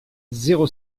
zéro